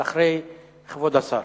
שניכם יש לכם, אבל אחרי כבוד השר.